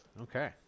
Okay